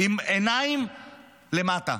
עם עיניים למטה,